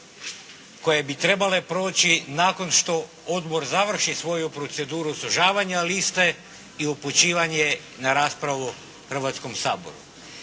koje bi trebale proći nakon što odbor završi svoju proceduru sužavanja liste i upućivanje na raspravu Hrvatskom saboru.